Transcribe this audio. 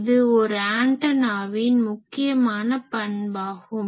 இது ஒரு ஆன்டனாவின் முக்கியமான பண்பாகும்